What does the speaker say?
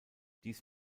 dies